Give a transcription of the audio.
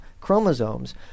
chromosomes—